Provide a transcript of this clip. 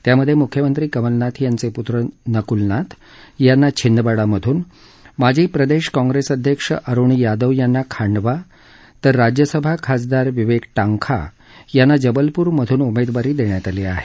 त्यात मुख्यमंत्री कमलनाथ यांचे पुत्र नक्लनाथ यांना छिंदवाडामधून माजी प्रदेश काँग्रेस अध्यक्ष अरुण यादव यांना खांडवा तर राज्यसभा खासदार विवेक टांखा यांना जबलपूर मधून उमेदवारी देण्यात आली आहे